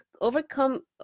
overcome